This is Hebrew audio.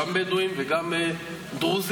גם בדואים וגם דרוזים,